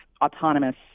autonomous